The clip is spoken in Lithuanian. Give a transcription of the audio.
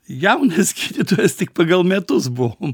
jaunas gydytojas tik pagal metus buvau